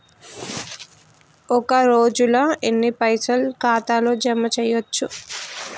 ఒక రోజుల ఎన్ని పైసల్ ఖాతా ల జమ చేయచ్చు?